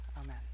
Amen